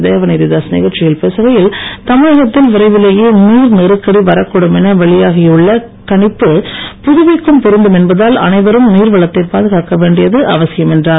தேவநீதிதாஸ் நிகழ்ச்சியில் பேசுகையில் தமிழகத்தில் விரைவிலேயே நீர் நெருக்கடி வரக்கூடும் என வெளியாகி உள்ள கணிப்பு புதுவைக்கும் பொருந்தும் என்பதால் அனைவரும் நீர் வளத்தை பாதுகாக்க வேண்டியது அவசியம் என்றார்